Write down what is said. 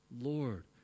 Lord